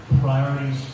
priorities